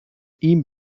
ihm